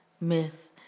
myth